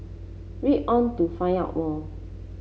read on to find out more